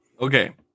okay